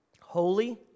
Holy